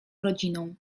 rodziną